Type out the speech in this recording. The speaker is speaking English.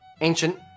Ancient